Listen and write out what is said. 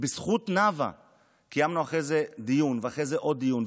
בזכות נאוה קיימנו דיון ואחרי זה עוד דיון,